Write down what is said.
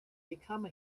become